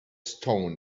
stones